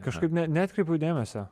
kažkaip neatkreipiau dėmesio